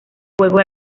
juego